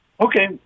Okay